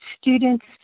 students